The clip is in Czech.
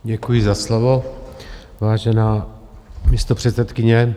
Děkuji za slovo, vážená místopředsedkyně.